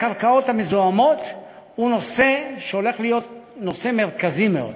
נושא הקרקעות המזוהמות הוא נושא שהולך להיות מרכזי מאוד,